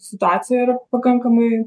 situacija yra pakankamai